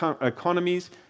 economies